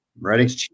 Ready